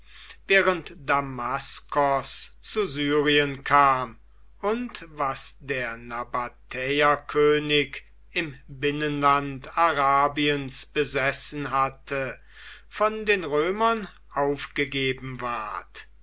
während damaskos zu syrien kam und was der nabatäerkönig im binnenland arabiens besessen hatte von den römern aufgegeben ward